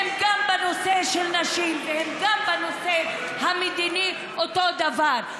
גם בנושא של נשים וגם בנושא המדיני הן אותו דבר.